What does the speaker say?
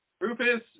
Rufus